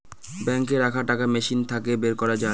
বাঙ্কে রাখা টাকা মেশিন থাকে বের করা যায়